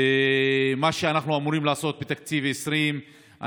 ומה שאנחנו אמורים לעשות בתקציב 2020,